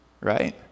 right